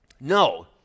No